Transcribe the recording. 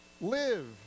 live